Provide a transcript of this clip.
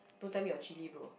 don't tell me your chilli bro